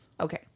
okay